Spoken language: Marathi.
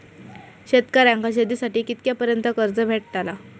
शेतकऱ्यांका शेतीसाठी कितक्या पर्यंत कर्ज भेटताला?